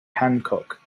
hancock